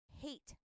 hate